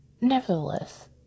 nevertheless